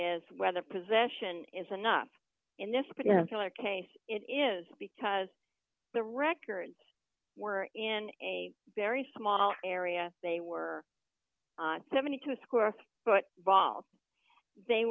is whether possession is enough in this particular case it is because the records were in a very small area they were seventy two dollars square but vall they